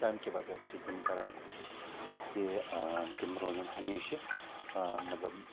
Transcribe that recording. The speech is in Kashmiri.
تَمہِ کہِ وجہ سۭتۍ چھِ تِم کَران کوٗشِش کہِ تِم روزَن ہمیشہٕ مطلب